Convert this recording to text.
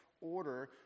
order